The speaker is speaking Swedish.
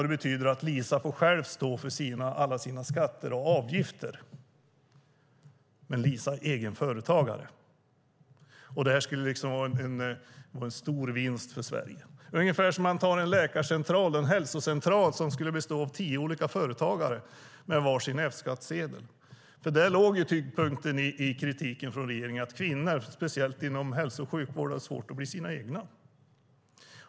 Det betyder att Lisa själv får stå för alla sina skatter och avgifter. Lisa är egen företagare. Det skulle vara en stor vinst för Sverige. Om man tar en läkarcentral, en hälsocentral, kan den bestå av tio olika företagare med var sin F-skattsedel. Tyngdpunkten i kritiken från regeringen låg i att kvinnor, speciellt inom hälso och sjukvård, har svårt att bli sina egna.